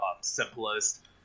simplest